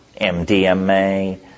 MDMA